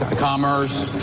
commerce.